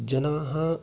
जनाः